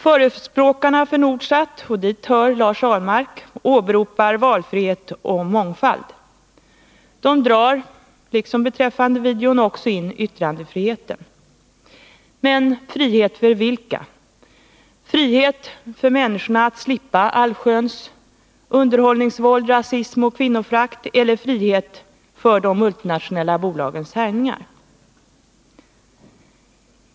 Förespråkarna för Nordsat— dit hör Lars Ahlmark — åberopar valfrihet och mångfald. De drar, liksom beträffande videon, också in yttrandefriheten. 2 Men frihet för vilka? Frihet för människorna att slippa allsköns underhållningsvåld, rasism och kvinnoförakt eller frihet för de multinationella bolagens härjningar?